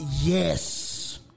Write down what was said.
Yes